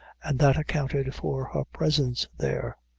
and that accounted for her presence there.